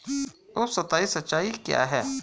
उपसतही सिंचाई क्या है?